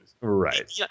Right